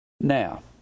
now